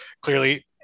clearly